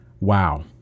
wow